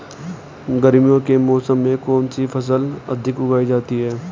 गर्मियों के मौसम में कौन सी फसल अधिक उगाई जाती है?